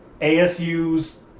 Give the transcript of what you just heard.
ASU's